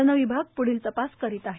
वनविभाग प्ढील तपास करीत आहे